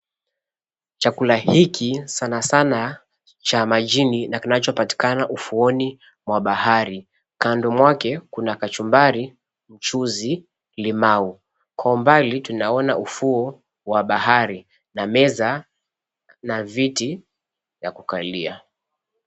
Chakula hiki sana sana cha majini na kinachopatikana ufuoni mwa bahari, kando mwake kuna kachumbari, mchuzi, limau. Kwa umbali tunaona ufuo wa bahari na meza na viti vya kukalia.